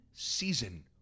Season